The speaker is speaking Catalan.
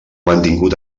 mantingut